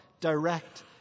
direct